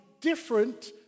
different